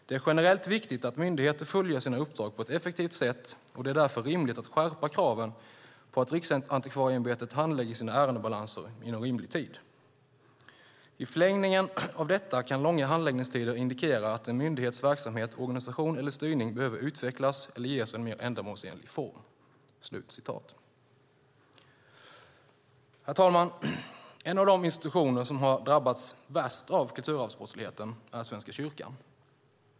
Det är generellt viktigt att myndigheter fullgör sina uppdrag på ett effektivt sätt och därför rimligt att skärpa kraven på att Riksantikvarieämbetet handlägger sina ärendebalanser inom rimlig tid. I förlängningen av detta kan långa handläggningstider indikera att en myndighets verksamhet, organisation eller styrningen behöver utvecklas eller ges en mera ändamålsenlig form." Herr talman! En av de institutioner som drabbats värst av kulturarvsbrottsligheten är Svenska kyrkan.